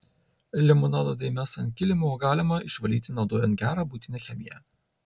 limonado dėmes ant kilimo galima išvalyti naudojant gerą buitinę chemiją